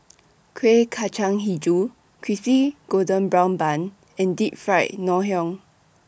Kueh Kacang Hijau Crispy Golden Brown Bun and Deep Fried Ngoh Hiang